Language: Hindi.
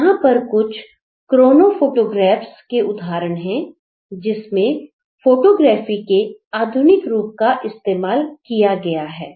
यहां पर कुछ क्रोनो फोटोग्राफ्स के उदाहरण है जिसमें फोटोग्राफी के आधुनिक रूप का इस्तेमाल किया गया है